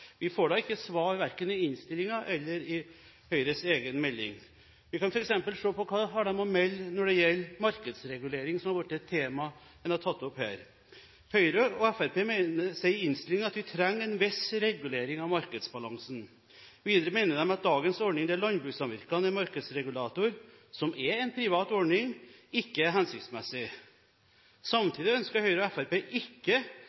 Vi får ikke svar, verken i innstillingen eller i Høyres egen melding. Vi kan f.eks. se på hva de har å melde når det gjelder markedsregulering, som er et tema en har tatt opp her. Høyre og Fremskrittspartiet sier i innstillingen at «vi trenger en viss regulering av markedsbalansen». Videre mener de at dagens ordning, der landbrukssamvirkene er markedsregulator – noe som er en privat ordning – ikke er hensiktsmessig. Samtidig ønsker Høyre og Fremskrittspartiet ikke